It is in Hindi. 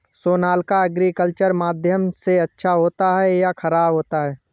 सोनालिका एग्रीकल्चर माध्यम से अच्छा होता है या ख़राब होता है?